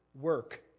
work